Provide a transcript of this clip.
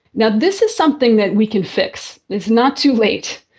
now, this is something that we can fix. it's not too late,